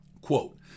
quote